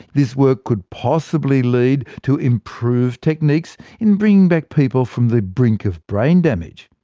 this work could possibly lead to improved techniques in bringing back people from the brink of brain damage.